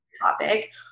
topic